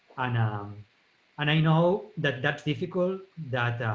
i know um and i know that that's difficult, that